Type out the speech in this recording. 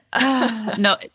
No